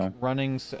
running